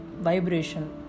vibration